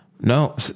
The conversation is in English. No